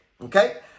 Okay